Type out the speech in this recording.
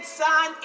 son